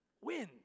wind